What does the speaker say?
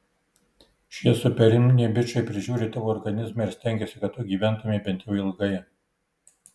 šie superiniai bičai prižiūri tavo organizmą ir stengiasi kad tu gyventumei bent jau ilgai